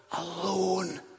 alone